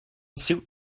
suit